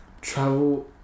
travel